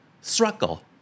struggle